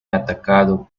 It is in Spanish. atacado